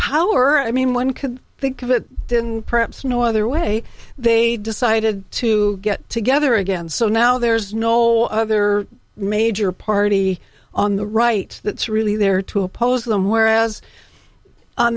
power i mean one could think of it perhaps no other way they decided to get together again so now there's no other major party on the right that's really there to oppose them whereas on